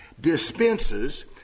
dispenses